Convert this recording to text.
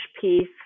piece